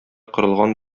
корылган